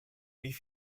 wie